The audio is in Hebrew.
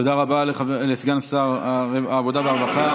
תודה רבה לסגן שר העבודה והרווחה.